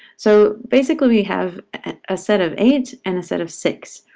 so basically, we have a set of eight and a set of six,